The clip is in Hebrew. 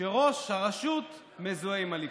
שראש הרשות בה מזוהה עם הליכוד.